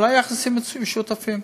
אבל היו יחסים משותפים.